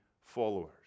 followers